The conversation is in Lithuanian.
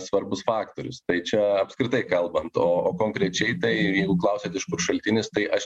svarbus faktorius tai čia apskritai kalbant o konkrečiai tai ir jeigu klausiat iš kur šaltinis tai aš